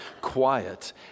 quiet